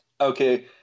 Okay